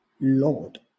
Lord